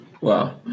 Wow